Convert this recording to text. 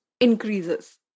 increases